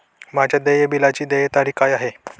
माझ्या देय बिलाची देय तारीख काय आहे?